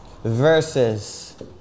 Versus